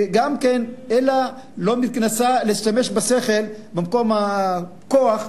היא גם לא מנסה להשתמש בשכל במקום בכוח,